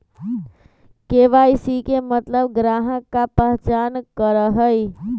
KYC के मतलब ग्राहक का पहचान करहई?